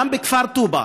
גם בכפר טובא,